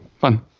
fun